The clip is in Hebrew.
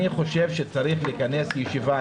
אני חושב שצריך להכנס לישיבה,